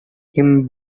him